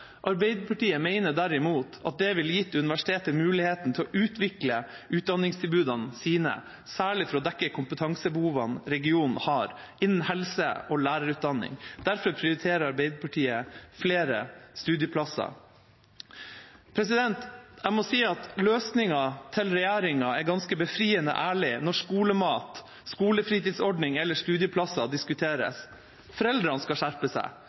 Arbeiderpartiet mener derimot at det ville ha gitt universitetet muligheten til å utvikle utdanningstilbudene sine, særlig for å dekke kompetansebehovene regionen har innen helse- og lærerutdanning. Derfor prioriterer Arbeiderpartiet flere studieplasser. Jeg må si at løsningen til regjeringa er ganske befriende ærlig når skolemat, skolefritidsordning eller studieplasser diskuteres. Foreldrene skal skjerpe seg,